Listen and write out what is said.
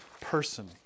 person